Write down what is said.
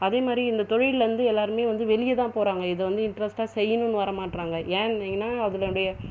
அதே மாதிரி இந்த தொழிலில் வந்து எல்லோருமே வந்து வெளியேதா போகிறாங்க இது வந்து இன்ட்ரஸ்ட்டாக செய்யணுன்னு வர மாட்டுறாங்க ஏன்னிங்கனா அதனுடைய